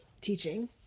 teaching